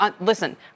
Listen